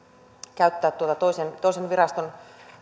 käyttää toisen toisen viraston